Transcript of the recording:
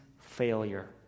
failure